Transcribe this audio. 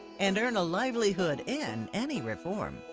and earn a livelihood in, any reform,